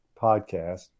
podcast